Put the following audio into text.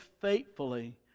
faithfully